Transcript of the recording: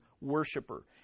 worshiper